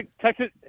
Texas